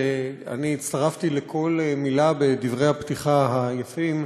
אני הצטרפתי לכל מילה בדברי הפתיחה היפים